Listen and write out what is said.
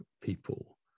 people